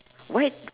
why